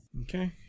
Okay